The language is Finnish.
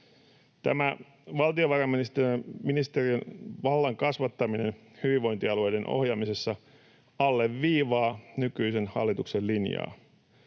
Tämä valtiovarainministeriön vallan kasvattaminen hyvinvointialueiden ohjaamisessa alleviivaa nykyisen hallituksen linjaa.